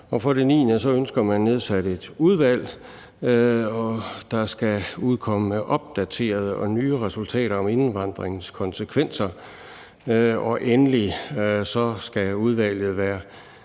For det niende ønsker man at nedsætte et udvalg, der skal udkomme med opdaterede og nye resultater om indvandringens konsekvenser. Og endelig skal udvalget,